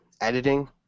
editing